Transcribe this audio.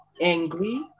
angry